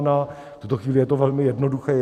V tuto chvíli je to velmi jednoduché.